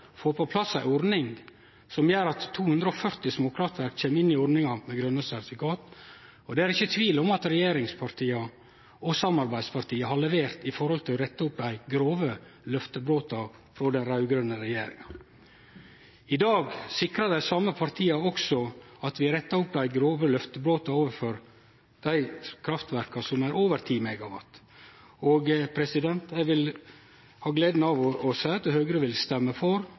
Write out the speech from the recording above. får på plass ei ordning som gjer at 240 småkraftverk kjem inn i ordninga med grøne sertifikat, og det er ikkje tvil om at regjeringspartia og samarbeidspartia har levert med omsyn til å rette opp dei grove løftebrota frå den raud-grøne regjeringa. I dag sikrar dei same partia også at vi rettar opp dei grove løftebrota overfor dei kraftverka som er over 10 MW, og eg har gleda av å seie at Høgre vil stemme for